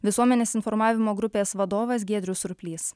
visuomenės informavimo grupės vadovas giedrius surplys